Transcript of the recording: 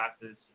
classes